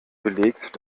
belegt